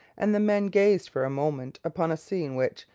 and the men gazed for a moment upon a scene which,